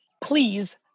Please